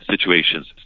situations